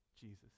Jesus